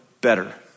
better